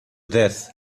death